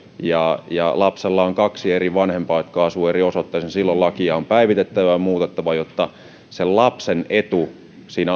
ja ja lapsella on kaksi eri vanhempaa jotka asuvat eri osoitteissa niin silloin lakia on päivitettävä ja muutettava jotta lapsen etu